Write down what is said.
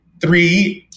three